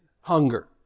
hunger